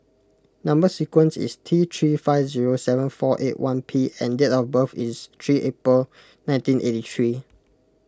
Number Sequence is T three five zero seven four eight one P and date of birth is three April nineteen eight three